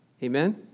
Amen